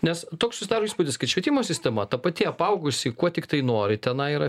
nes toks susidaro įspūdis kad švietimo sistema ta pati apaugusi kuo tiktai nori tenai yra